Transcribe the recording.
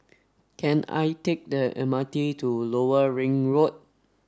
can I take the M R T to Lower Ring Road